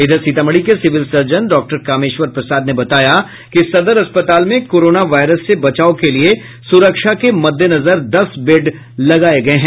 इधर सीतामढ़ी के civil surgeon डॉ कामेश्वर प्रसाद ने बताया कि सदर अस्पताल में कोरोना वायरस से बचाव के लिए सुरक्षा के मद्देनजर दस बेड लगाये गये हैं